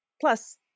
Plus